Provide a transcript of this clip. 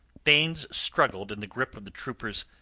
baynes struggled in the grip of the troopers,